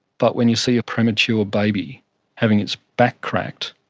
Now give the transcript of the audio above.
but when you see a premature baby having its back cracked,